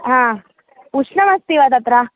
हा उष्णमस्ति वा तत्र